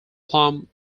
plum